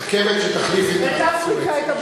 רכבת שתחליף את תעלת סואץ,